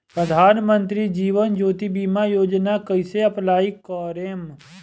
प्रधानमंत्री जीवन ज्योति बीमा योजना कैसे अप्लाई करेम?